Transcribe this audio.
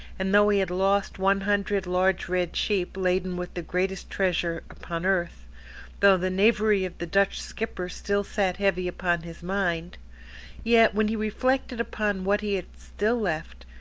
and though he had lost one hundred large red sheep, laden with the greatest treasure upon earth though the knavery of the dutch skipper still sat heavy upon his mind yet when he reflected upon what he had still left,